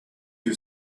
you